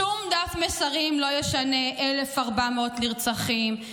שום דף מסרים לא ישנה 1,400 נרצחים,